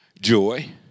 joy